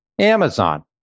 Amazon